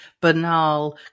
banal